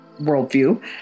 worldview